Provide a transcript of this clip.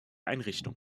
einrichtung